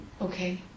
Okay